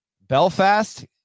Belfast